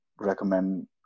recommend